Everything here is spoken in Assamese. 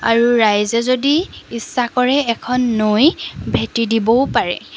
আৰু ৰাইজে যদি ইচ্ছা কৰে এখন নৈ ভেটি দিবও পাৰে